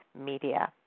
media